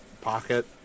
pocket